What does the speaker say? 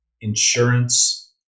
insurance